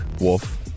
Wolf